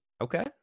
Okay